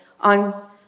on